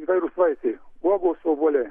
įvairūs vaisiai uogos obuoliai